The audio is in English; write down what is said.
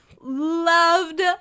loved